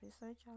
research